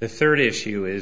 the third issue is